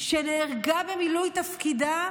שנהרגה במילוי תפקידה,